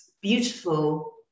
beautiful